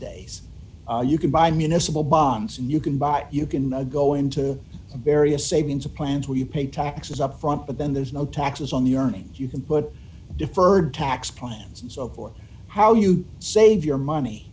days you can buy municipal bonds and you can buy you can go into various savings plans where you pay taxes upfront but then there's no taxes on the earnings you can put deferred tax plans and so forth how you save your money